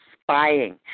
spying